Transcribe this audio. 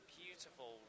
beautiful